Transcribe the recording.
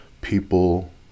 people